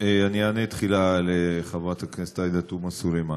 אני אענה תחילה לחברת הכנסת עאידה תומא סלימאן.